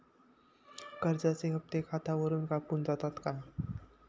कर्जाचे हप्ते खातावरून कापून जातत काय?